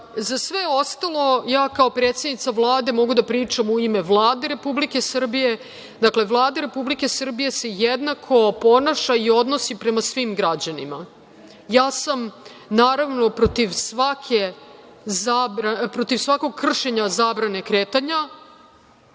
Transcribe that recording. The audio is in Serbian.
sve ostalo ja kao predsednica Vlade mogu da pričam u ime Vlade Republike Srbije. Dakle, Vlada Republike Srbije se jednako ponaša i odnosi prema svim građanima. Ja sam, naravno, protiv svakog kršenja zabrane kretanja